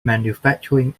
manufacturing